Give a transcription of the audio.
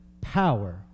power